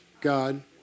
God